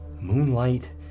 Moonlight